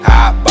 Hot